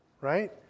right